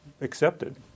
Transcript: accepted